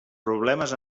problemes